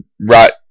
right